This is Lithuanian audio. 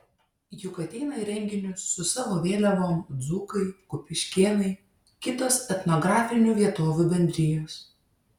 juk ateina į renginius su savo vėliavom dzūkai kupiškėnai kitos etnografinių vietovių bendrijos